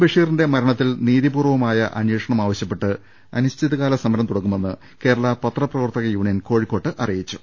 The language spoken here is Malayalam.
ബഷീറിന്റെ മരണത്തിൽ നീതിപൂർവമായ അന്വേഷണം ആവശ്യപ്പെട്ട് അനിശ്ചിതകാല സ്മരം തുടങ്ങുമെന്ന് കേരള പത്രപ്രവർത്ത കയൂണിയൻ കോഴിക്കോട്ട് അറിയിച്ചു